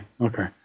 Okay